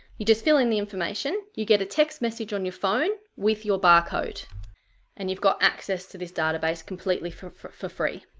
you just fill in the information you get a text message on your phone with your barcode and you've got access to this database completely for for free.